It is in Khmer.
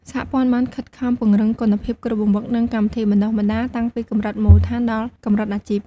សហព័ន្ធបានខិតខំពង្រឹងគុណភាពគ្រូបង្វឹក និងកម្មវិធីបណ្ដុះបណ្ដាលតាំងពីកម្រិតមូលដ្ឋានដល់កម្រិតអាជីព។